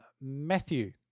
Matthew